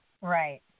Right